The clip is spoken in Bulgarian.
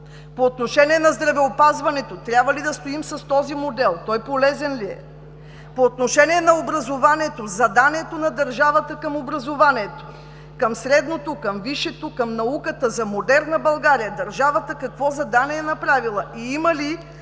По отношение на здравеопазването, трябва ли да стоим с този модел? Той полезен ли е? По отношение на образованието – заданието на държавата към образованието: към средното, към висшето, към науката, за модерна България държавата какво задание е направила и има ли